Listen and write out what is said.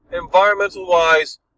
environmental-wise